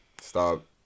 stop